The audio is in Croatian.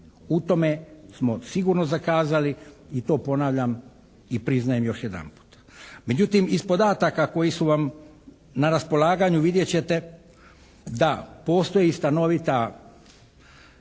U tome smo sigurno zakazali i to ponavljam i priznajem još jedanput. Međutim, iz podataka koji su vam na raspolaganju vidjet ćete da postoji stanoviti